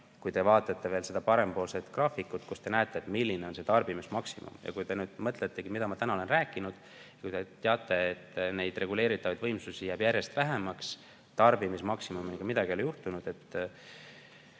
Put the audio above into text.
Kui te vaatate seda parempoolset graafikut, siis te näete, milline on tarbimismaksimum. Ja kui te nüüd mõtlete, mida ma täna olen rääkinud, kui te teate, et reguleeritavaid võimsusi jääb järjest vähemaks, tarbimismaksimumiga aga midagi ei ole juhtunud,